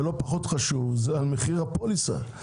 ולא פחות חשוב זה מחיר הפוליסה.